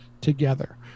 together